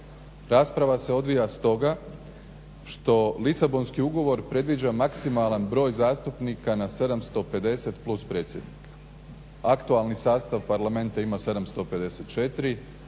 Rasprava se odvija stoga što Lisabonski ugovor predviđa maksimalan broj zastupnika na 750 plus predsjednika. Aktualni sastav parlamenta ima 754,